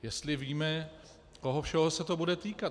Jestli víme, koho všeho se to bude týkat?